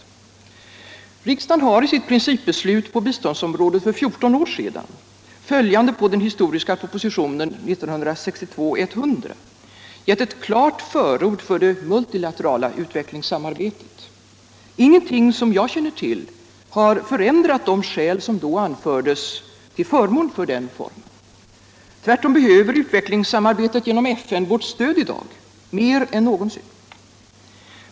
Onsdagen den Riksdagen har i sitt principbeslut på biståndsområdet för 14 år sedan, 19 maj 1976 följande på den historiska propositionen 1962:100, gett ett klart förord för det multilaterala utvecklingssamarbetet. Ingenting som jag känner — Internationellt till har förändrat de skäl som då anfördes till förmån för den formen. = utvecklingssamar Tvärtom behöver utvecklingssamarbetet genom FN vårt stöd i dag mer — bete m.m. än någonsin.